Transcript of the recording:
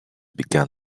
began